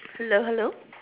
hello hello